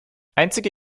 einzige